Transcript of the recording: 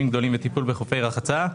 שנים,